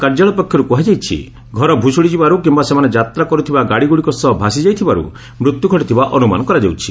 କାର୍ଯ୍ୟାଳୟ ପକ୍ଷରୁ କୁହାଯାଇଛି ଘର ଭୁଷୁଡ଼ି ଯିବାରୁ କିମ୍ବା ସେମାନେ ଯାତ୍ରା କରୁଥିବା ଗାଡ଼ିଗୁଡ଼ିକ ସହ ଭାସିଯାଇଥିବାରୁ ମୃତ୍ୟୁ ଘଟିଥିବା ଅନୁମାନ କରାଯାଉଛି